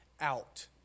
out